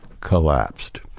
collapsed